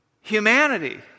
humanity